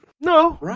No